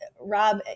Rob